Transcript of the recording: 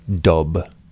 Dub